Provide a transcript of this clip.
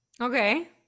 Okay